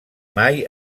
mai